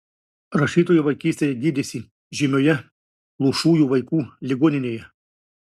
rašytoja vaikystėje gydėsi žymioje luošųjų vaikų ligoninėje